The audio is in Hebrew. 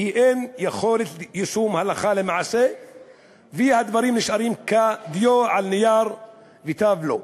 כי אין יכולת יישום הלכה למעשה והדברים נשארים כדיו על נייר ותו לא.